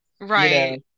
Right